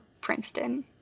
Princeton